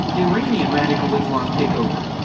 iranian radical islam, take over?